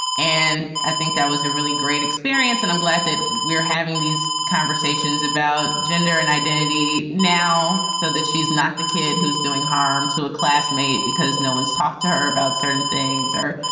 and i think that was a really great experience. and i'm glad that we're having these conversations about gender and identity now so that she's not the kid who's doing harm to a classmate because no one's one's talked to her about certain things or,